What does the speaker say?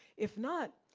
if not,